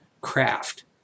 craft